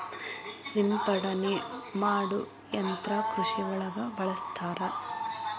ಸಿಂಪಡನೆ ಮಾಡು ಯಂತ್ರಾ ಕೃಷಿ ಒಳಗ ಬಳಸ್ತಾರ